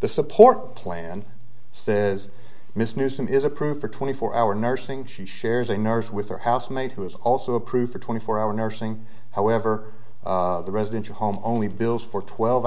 the support plan says mrs newsome is approved for twenty four hour nursing she shares a nurse with her housemate who is also approved for twenty four hour nursing however the residential home only bills for twelve